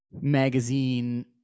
magazine